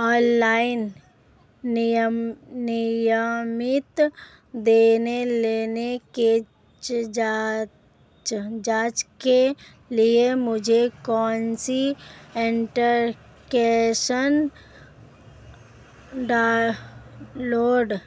online नियमित लेनदेन की जांच के लिए मुझे कौनसा एप्लिकेशन डाउनलोड